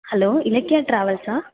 hello Ilakkiya ட்ராவல்ஸா